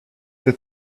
that